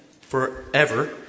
forever